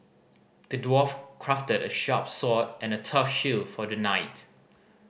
the dwarf crafted a sharp sword and a tough shield for the knight